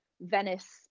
Venice